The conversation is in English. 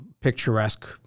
picturesque